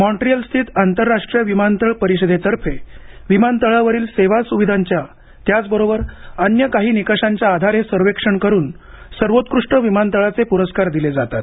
Montreal स्थित आंतरराष्ट्रीय विमानतळ परिषदेतर्फे विमानतळावरील सेवा सुविधांच्या त्याचबरोबर अन्य काही निकषांच्या आधारे सर्वेक्षण करून सर्वोत्कृष्ट विमानतळाचे पुरस्कार दिले जातात